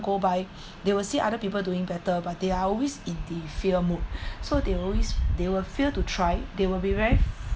go by they will see other people doing better but they are always in the fear mood so they always they will fail to try they will be be very